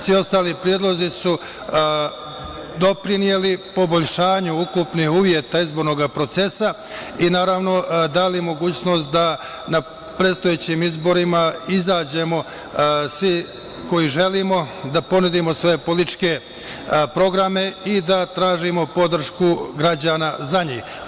Svi ostali predlozi su doprineli poboljšanju ukupnih uslova izbornog procesa, i naravno, dali mogućnost da na predstojećim izborima izađemo svi koji želimo da ponudimo svoje političke programe i da tražimo podršku građana za njih.